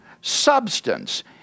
substance